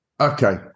Okay